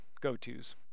go-to's